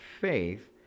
faith